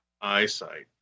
eyesight